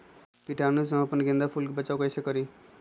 कीटाणु से हम अपना गेंदा फूल के बचाओ कई से करी?